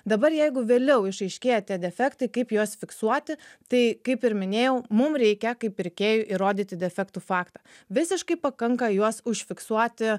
dabar jeigu vėliau išaiškėja tie defektai kaip juos fiksuoti tai kaip ir minėjau mum reikia kaip pirkėjui įrodyti defektų faktą visiškai pakanka juos užfiksuoti